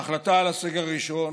ההחלטה על הסגר הראשון